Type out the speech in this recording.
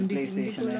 PlayStation